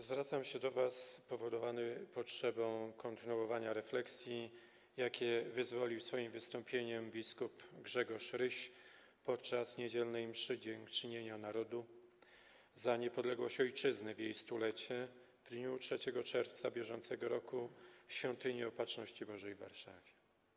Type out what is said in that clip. Zwracam się do was powodowany potrzebą kontynuowania refleksji, jaką wyzwolił swoim wystąpieniem bp Grzegorz Ryś podczas niedzielnej mszy dziękczynienia narodu za niepodległość ojczyzny w jej stulecie w dniu 3 czerwca br. w Świątyni Opatrzności Bożej w Warszawie.